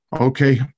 Okay